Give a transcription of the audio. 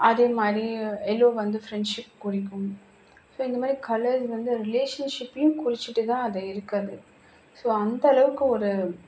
அதே மாதிரி எல்லோ வந்து ஃப்ரெண்ஷிப் குறிக்கும் ஸோ இந்த மாதிரி கலர்ஸ் வந்து ரிலேஷன் ஷிப்பையும் குறிச்சுட்டு தான் அது இருக்குது அது ஸோ அந்தளவுக்கு ஒரு